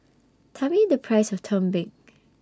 Tell Me The Price of Tumpeng